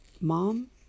mom